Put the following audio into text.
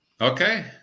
Okay